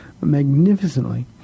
magnificently